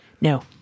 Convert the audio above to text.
No